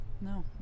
No